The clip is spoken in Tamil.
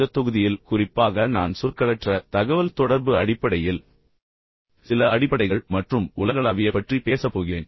இந்த தொகுதியில் குறிப்பாக நான் சொற்களற்ற தகவல்தொடர்பு அடிப்படையில் சில அடிப்படைகள் மற்றும் உலகளாவிய பற்றி பேசப் போகிறேன்